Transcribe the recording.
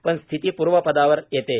पण स्थिती पूर्वपदावर येतेय